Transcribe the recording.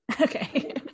Okay